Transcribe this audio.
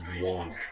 want